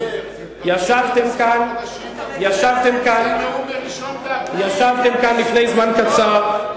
ישבתם כאן לפני זמן קצר,